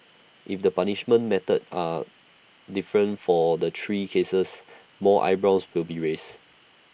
if the punishments meted are different for the three cases more eyebrows will be raised